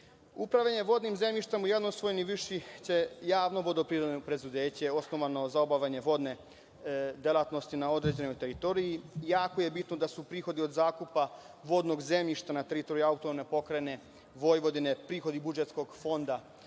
vodnim zemljištem u javnoj svojini vrši će Javno vodoprivredno preduzeće, osnovano za obavljanje vodne delatnosti na određenoj teritoriji. Jako je bitno da su prihodi od zakupa vodnog zemljišta na teritoriji AP Vojvodine prihodi budžetskog Fonda